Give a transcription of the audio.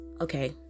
okay